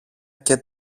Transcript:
και